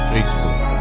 Facebook